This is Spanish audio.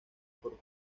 por